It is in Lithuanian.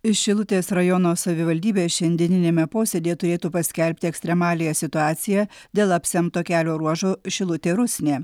iš šilutės rajono savivaldybės šiandieniniame posėdyje turėtų paskelbti ekstremaliąją situaciją dėl apsemto kelio ruožo šilutė rusnė